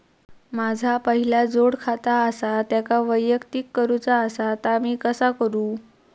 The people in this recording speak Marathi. माझा पहिला जोडखाता आसा त्याका वैयक्तिक करूचा असा ता मी कसा करू?